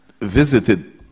visited